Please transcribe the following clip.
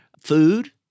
food